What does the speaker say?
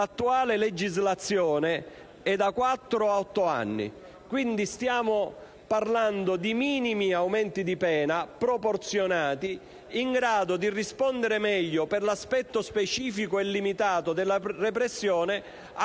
l'attuale legislazione prevede da quattro a otto anni. Quindi, si tratta di minimi aumenti di pena proporzionati, in grado di rispondere meglio, per l'aspetto specifico e limitato della repressione, a